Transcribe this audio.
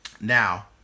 now